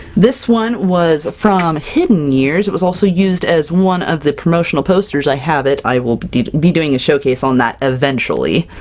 this one was from hidden years it was also used as one of the promotional posters. i have it i will be doing a showcase on that eventually!